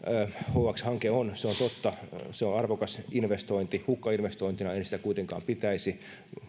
hx hanke on se on totta arvokas investointi hukkainvestointina en sitä kuitenkaan pitäisi